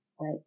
Right